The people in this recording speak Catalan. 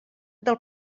del